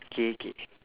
okay okay